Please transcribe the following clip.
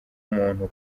umuntu